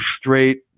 straight